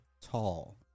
tall